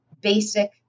basic